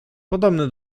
podobny